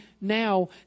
now